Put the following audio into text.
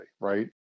right